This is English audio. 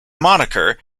moniker